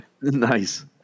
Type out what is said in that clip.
Nice